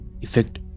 effect